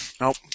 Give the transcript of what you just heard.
Nope